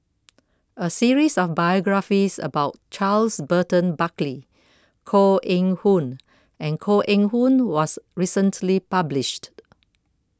a series of biographies about Charles Burton Buckley Koh Eng Hoon and Koh Eng Hoon was recently published